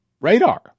radar